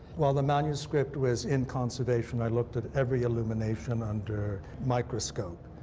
well, the manuscript was in conservation, i looked at every illumination under microscope.